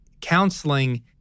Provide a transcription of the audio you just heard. counseling